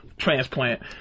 Transplant